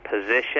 position